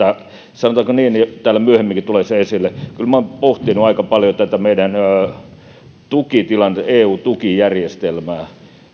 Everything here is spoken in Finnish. sanotaanko niin täällä myöhemminkin tulee se esille että kyllä minä olen pohtinut aika paljon tätä meidän eu tukijärjestelmäämme